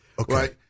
Okay